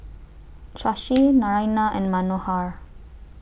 Shashi Naraina and Manohar